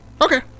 Okay